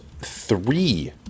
three